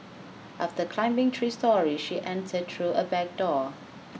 after climbing three storey she enter through a back door